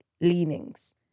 leanings